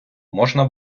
можна